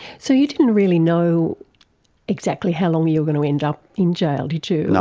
so you didn't really know exactly how long you were going to end up in jail, did you. no.